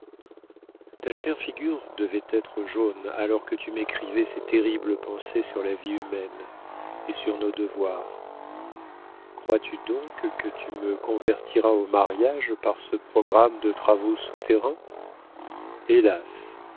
ta chère figure devait être jaune alors que tu m'écrivais ces terribles pensées sur la vie humaine et sur nos devoirs crois-tu donc que tu me convertiras au mariage par ce programme de travaux souterrains hélas